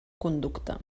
conducta